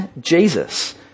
Jesus